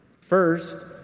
First